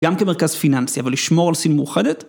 גם כמרכז פיננסי, ולשמור על סין מאוחדת.